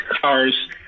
cars